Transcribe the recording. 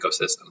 ecosystem